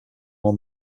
more